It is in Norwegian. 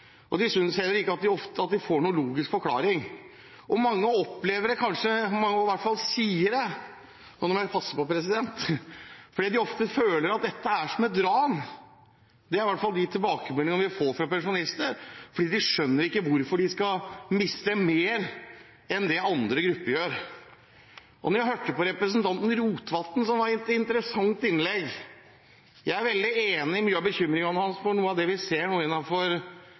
pensjonen. De fleste forstår ikke det, og de synes heller ikke at de får noen logisk forklaring. Mange sier i hvert fall – nå må jeg passe på – at de opplever dette som et ran. Det er i hvert fall de tilbakemeldingene vi får fra pensjonister, for de skjønner ikke hvorfor de skal miste mer enn det andre grupper gjør. Jeg hørte på representanten Rotevatns interessante innlegg og er veldig enig i mange av bekymringene hans for noe av det vi nå ser